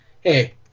hey